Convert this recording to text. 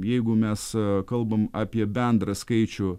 jeigu mes kalbam apie bendrą skaičių